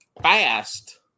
fast